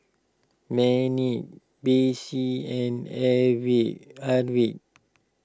Mannie Bessie and Arvid